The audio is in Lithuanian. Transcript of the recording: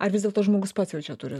ar vis dėlto žmogus pats jau čia turi